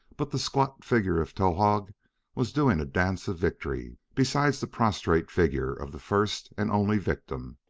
but the squat figure of towahg was doing a dance of victory beside the prostrate figure of the first and only victim.